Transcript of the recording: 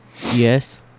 Yes